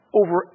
over